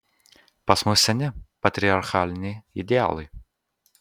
pas mus seni patriarchaliniai idealai